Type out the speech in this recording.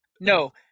No